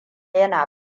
yana